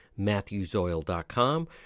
matthewsoil.com